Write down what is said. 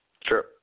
Sure